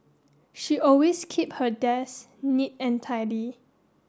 she always keep her desk neat and tidy